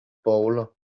bowler